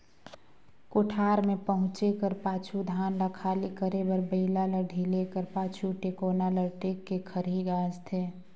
कोठार मे पहुचे कर पाछू धान ल खाली करे बर बइला ल ढिले कर पाछु, टेकोना ल टेक के खरही गाजथे